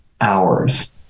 hours